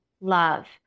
love